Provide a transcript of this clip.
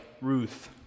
Ruth